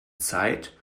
zeit